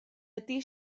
ydy